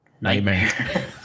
nightmare